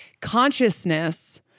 consciousness